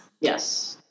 Yes